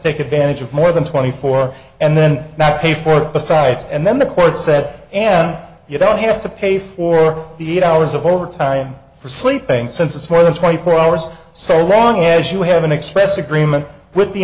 take advantage of more than twenty four and then not pay for it besides and then the court said and you don't have to pay for the eight hours of overtime for sleeping since it's more than twenty four hours so long as you have an express agreement with the